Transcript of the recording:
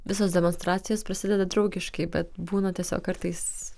visos demonstracijos prasideda draugiškai bet būna tiesiog kartais